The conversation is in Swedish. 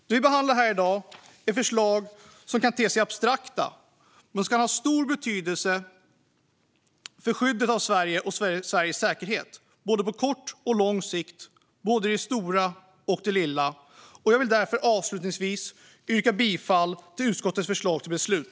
Det vi behandlar här i dag är förslag som kan te sig abstrakta men som kan ha stor praktisk betydelse för skyddet av Sverige och Sveriges säkerhet på både kort och lång sikt och i både det stora och det lilla. Jag vill därför avslutningsvis yrka bifall till utskottets förslag till beslut.